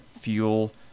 fuel